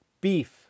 beef